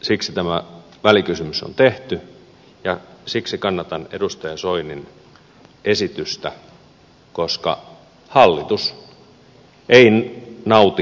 siksi tämä välikysymys on tehty ja siksi kannatan edustaja soinin esitystä koska hallitus ei nauti